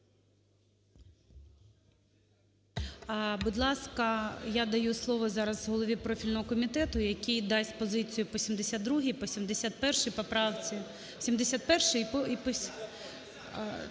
Будь ласка, я даю слово зараз голові профільного комітету, який дасть позицію по 72, по 71 поправці. 71-й і по…